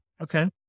Okay